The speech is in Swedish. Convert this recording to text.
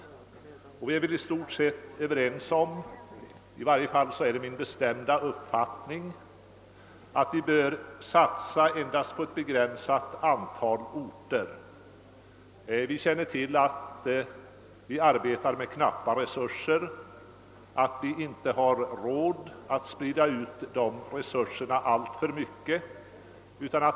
Inom rådet var vi i stort sett överens om — vilket i varje fall är min bestämda uppfattning — att man bör satsa endast på ett begränsat antal orter. Vi vet att vi arbetar med knappa resurser vilka vi inte kan sprida alltför mycket.